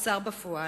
או שר בפועל,